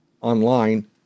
online